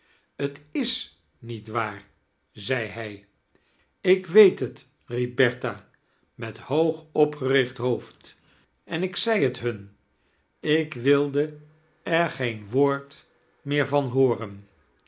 t is niet waar zei hij ik weet het riep bertha met hoog opgericht hoofd en ik zei het him ik wilde er geen woord meer van charles dickens hooren